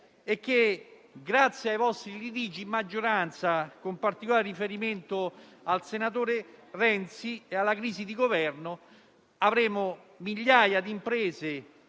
Grazie ai vostri litigi in maggioranza, con particolare riferimento al senatore Renzi, e alla crisi di Governo avremo migliaia di imprese